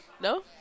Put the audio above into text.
no